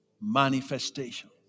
manifestation